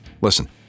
Listen